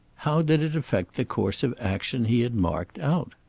how did it affect the course of action he had marked out?